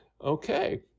Okay